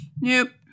Nope